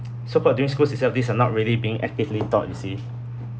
so-called during schools itself these are not really being actively taught you see